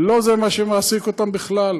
לא זה מה שמעסיק אותם בכלל,